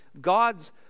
God's